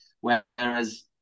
whereas